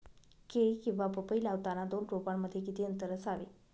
केळी किंवा पपई लावताना दोन रोपांमध्ये किती अंतर असावे?